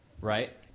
Right